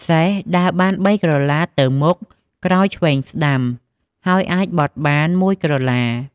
សេះ ដើរបាន ៣ក្រឡា ទៅមុខ ក្រោយ ឆ្វេង ស្កាំ ហើយអាចបត់បាន ១ក្រឡា។